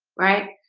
right?